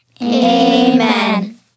Amen